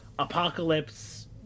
Apocalypse